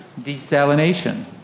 desalination